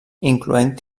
incloent